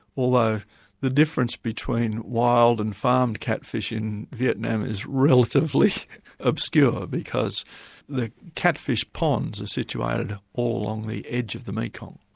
although the difference between wild and farmed catfish in vietnam is relatively obscure because the catfish ponds are situated all along the edge of the mekong,